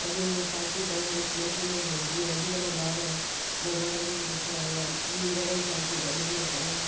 अॻे हीअं फालतू टाइम वेस्ट न थींदो हुओ जीअं अॼुकल्ह ॿार मोबाइलनि जे पुठियां या ॿियूं घणेई फालतू ॻाल्हियुनि में टाइम